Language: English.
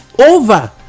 Over